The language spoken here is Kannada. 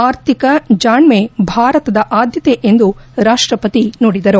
ಆರ್ಥಿಕ ಜಾಣ್ನೆ ಭಾರತದ ಆದ್ಲತೆ ಎಂದು ರಾಷ್ಟಪತಿ ನುಡಿದರು